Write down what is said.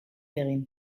egin